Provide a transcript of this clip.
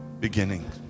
beginning